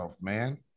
man